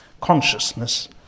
Consciousness